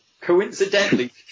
coincidentally